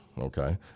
Okay